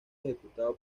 ejecutado